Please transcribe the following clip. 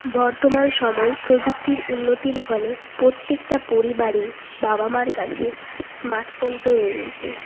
বর্তমান সময়ে প্রযুক্তির উন্নতির ফলে প্রত্যেকটা পরিবারে বাবা মা র কাছে স্মার্ট ফোন তো রয়েইছে